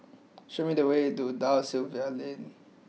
show me the way to Da Silva Lane